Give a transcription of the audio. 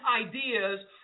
ideas